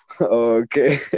Okay